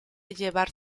llevar